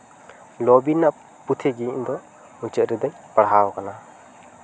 ᱞᱚᱼᱵᱤᱨ ᱨᱮᱱᱟᱜ ᱯᱩᱛᱷᱤ ᱜᱮ ᱤᱧ ᱫᱚ ᱢᱩᱪᱟᱹᱫ ᱨᱮᱫᱚᱧ ᱯᱟᱲᱦᱟᱣ ᱟᱠᱟᱱᱟ